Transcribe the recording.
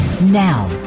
now